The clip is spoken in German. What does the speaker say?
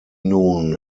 nun